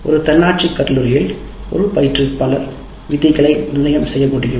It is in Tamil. ஒரு தன்னாட்சி கல்லூரியில் ஒரு பயிற்றுவிப்பாளர் விதிகளை நிர்ணயம் செய்ய முடியும்